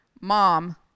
Mom